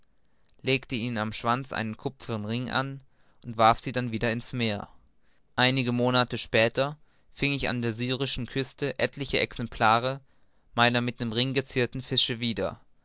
legte ihnen am schwanz einen kupfernen ring an und warf sie dann wieder in's meer einige monate später fing ich an der syrischen küste etliche exemplare meiner mit dem ring gezierten fische wieder